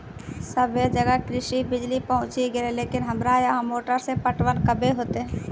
सबे जगह कृषि बिज़ली पहुंची गेलै लेकिन हमरा यहाँ मोटर से पटवन कबे होतय?